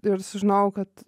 ir sužinojau kad